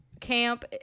camp